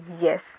Yes